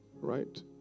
right